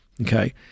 Okay